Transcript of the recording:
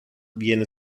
viene